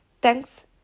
Thanks